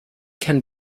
can